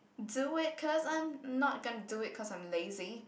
do it cause i'm not gonna do it cause I am lazy